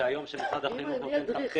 והיום כשמשרד החינוך נותן תו תקן,